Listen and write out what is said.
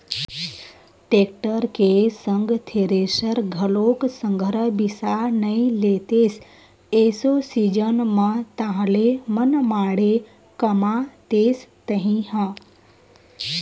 tractor के संग thresher घलोक संघरा बिसा नइ लेतेस एसो सीजन म ताहले मनमाड़े कमातेस तही ह